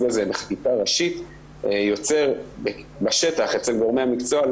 הזה בחקיקה ראשית יוצר בשטח בעיות אצל גורמי המקצועי.